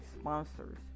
sponsors